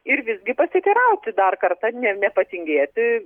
ir visgi pasiteirauti dar kartą ne nepatingėti